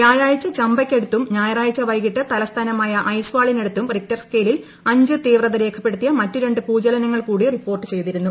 വ്യാഴാഴ്ച ചംപയ്ക്കടുത്തും ഞായറാഴ്ച വൈകിട്ട് തലസ്ഥാനമായ ഐസ്വാളിനടുത്തും റിക്റ്റർ സ്കേയ്ലിൽ അഞ്ച് തീവ്രത രേഖപ്പെടുത്തിയ മറ്റു രണ്ട് ഭൂചലനങ്ങൾ കൂടി റിപ്പോർട്ട് ചെയ്തിരുന്നു